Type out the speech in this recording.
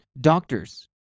Doctors